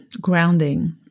grounding